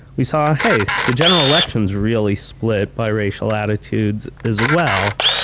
we saw, hey, the general election's really split by racial attitudes as well.